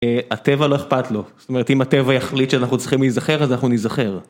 הטבע לא אכפת לו, זאת אומרת אם הטבע יחליט שאנחנו צריכים להיזכר אז אנחנו ניזכר.